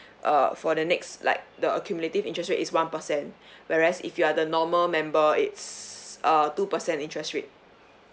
uh for the next like the accumulative interest rate is one percent whereas if you are the normal member it's uh two percent interest rate